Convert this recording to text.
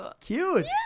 cute